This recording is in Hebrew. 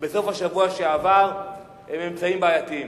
בסוף השבוע שעבר הם ממצאים בעייתיים.